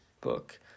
book